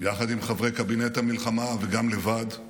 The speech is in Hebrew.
יחד עם חברי קבינט המלחמה וגם לבד,